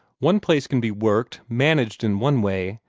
one place can be worked, managed, in one way,